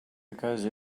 because